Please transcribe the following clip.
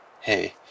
hey